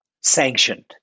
sanctioned